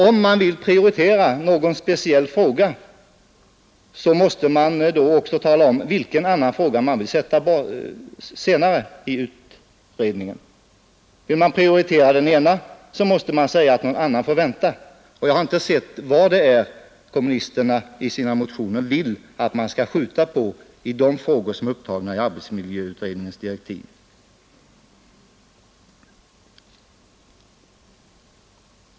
Vill man prioritera någon speciell fråga måste man också tala om vilken annan fråga utredningen skall låta stå tillbaka. Vill man prioritera den ena frågan så måste man säga att någon annan får vänta. Jag har inte sett några exempel på frågor som kommunisterna i sina motioner vill skjuta på av det som är upptaget i arbetsmiljöutredningens direktiv.